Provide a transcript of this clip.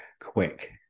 quick